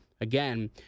again